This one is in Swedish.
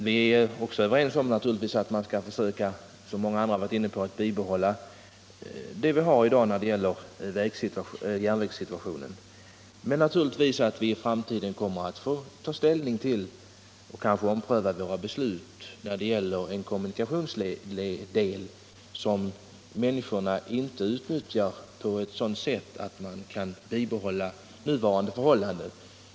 Vi är naturligtvis också överens om —- som många andra varit inne på — att försöka bibehålla det järnvägsnät som finns i dag och att i framtiden kanske ompröva våra beslut när det gäller kommunikationsleder som människor inte utnyttjar på ett sådant sätt att nuvarande förhållanden kan bibehållas.